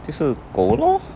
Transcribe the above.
就是狗 lor